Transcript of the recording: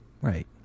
Right